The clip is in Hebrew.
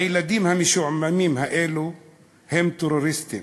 הילדים המשועממים האלה הם טרוריסטים,